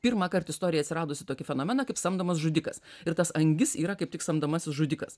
pirmąkart istorijoj atsiradusį tokį fenomeną kaip samdomas žudikas ir tas angis yra kaip tik samdomasis žudikas